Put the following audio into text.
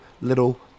little